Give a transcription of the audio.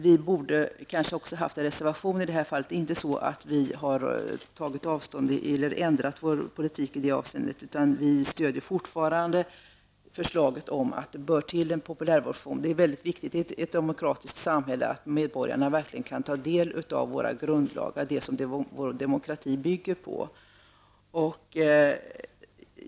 Vi borde kanske ha haft en reservation i det här fallet, inte så att vi har ändrat vår politik i det avseendet, utan vi stöder fortfarande förslaget om en populärversion. Det är väldigt viktigt i ett demokratiskt samhälle att medborgarna verkligen kan få del av våra grundlagar, dem som vår demokrati bygger på.